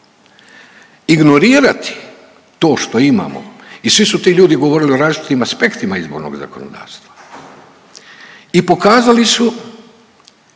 Ignorirati to što imamo i svi su ti ljudi govorili o različitim aspektima izbornog zakonodavstva i pokazali su